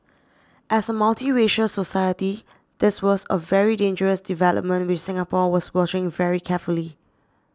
as a multiracial society this was a very dangerous development which Singapore was watching very carefully